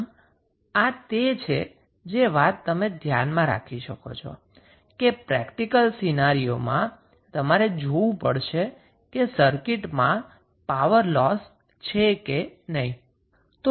આમ આ તે છે જે વાત તમે ધ્યાનમાં રાખી શકો કે પ્રેક્ટિકલ સિનારિઓ મા તમારે હમેશા જોવુ પડશે કે સર્કિટમાં પાવર લોસ છે કે નહી